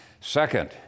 Second